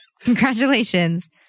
Congratulations